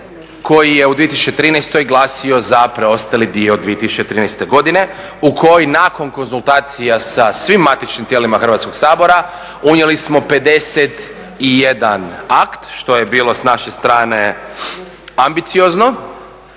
koji je u 2013. glasio za preostali dio 2013. godine u koji nakon konzultacija sa svim matičnim tijelima Hrvatskog sabora unijeli smo 51 akt. Što je bilo s naše strane ambiciozno